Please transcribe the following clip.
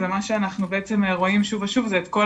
ומה שאנחנו בעצם רואים שוב ושוב זה את כל